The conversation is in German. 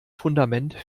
fundament